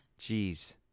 Jeez